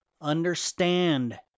understand